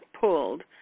pulled